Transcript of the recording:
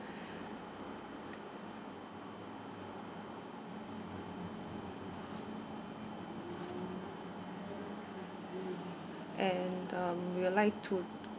and um we'll like to